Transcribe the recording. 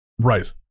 Right